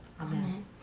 Amen